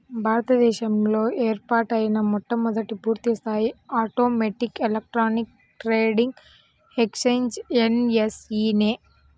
భారత దేశంలో ఏర్పాటైన మొట్టమొదటి పూర్తిస్థాయి automatic electronic trading exchange NSE నే